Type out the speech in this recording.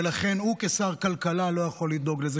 ולכן הוא כשר הכלכלה לא יכול לדאוג לזה.